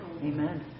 Amen